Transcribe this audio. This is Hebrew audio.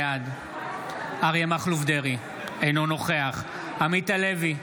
בעד אריה מכלוף דרעי, אינו נוכח עמית הלוי,